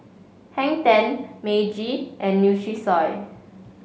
Hang Ten Meiji and Nutrisoy